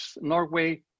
Norway